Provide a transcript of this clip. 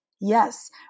Yes